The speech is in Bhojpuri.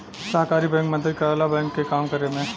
सहकारी बैंक मदद करला बैंकन के काम करे में